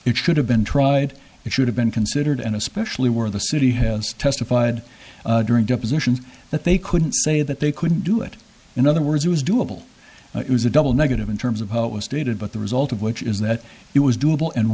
it should have been tried it should have been considered and especially where the city has testified during depositions that they couldn't say that they couldn't do it in other words it was doable it was a double negative in terms of how it was dated but the result of which is that it was doable